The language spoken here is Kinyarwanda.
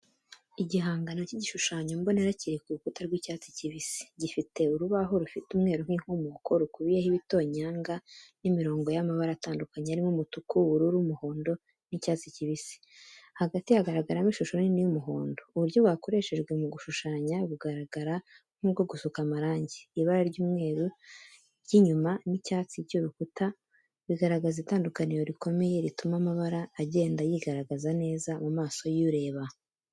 Igihangano cy'igishushanyo mbonera kiri ku rukuta rw’icyatsi kibisi. Gifite urubaho rufite umweru nk’inkomoko, rukubiyeho ibitonyanga n’imirongo y’amabara atandukanye arimo umutuku, ubururu, umuhondo, n’icyatsi kibisi. Hagati hagaragaramo ishusho nini y’umuhondo. Uburyo bwakoreshejwe mu gushushanya bugaragara nk’ubwo gusuka amarangi. Ibara ry’umweru ry’inyuma n’icyatsi cy’urukuta bigaragaza itandukaniro rikomeye rituma amabara agenda yigaragaza neza mu maso y’ureba.